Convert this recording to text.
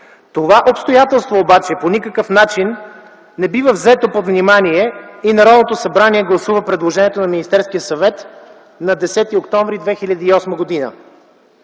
Това обстоятелство обаче по никакъв начин не бива взето под внимание и Народното събрание гласува предложението на Министерския съвет на 10 октомври 2008 г.